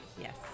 yes